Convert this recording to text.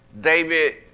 David